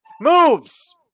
moves